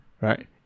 right